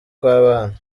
kw’abana